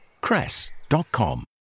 cress.com